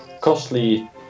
costly